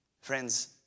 Friends